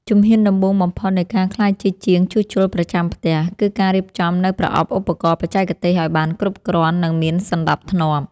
ជំហានដំបូងបំផុតនៃការក្លាយជាជាងជួសជុលប្រចាំផ្ទះ គឺការរៀបចំនូវប្រអប់ឧបករណ៍បច្ចេកទេសឱ្យបានគ្រប់គ្រាន់ និងមានសណ្តាប់ធ្នាប់។